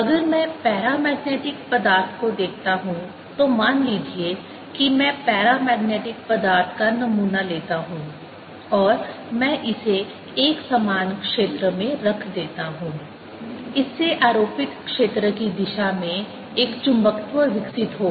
अगर मैं पैरामैग्नेटिक पदार्थ को देखता हूं तो मान लीजिए कि मैं पैरामैग्नेटिक पदार्थ का नमूना लेता हूं और मैं इसे एकसमान क्षेत्र में रख देता हूं इससे आरोपित क्षेत्र की दिशा में एक चुंबकत्व विकसित होगा